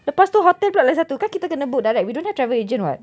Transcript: lepas tu hotel pula lagi satu kan kita kena book direct we don't have travel agent [what]